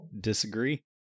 disagree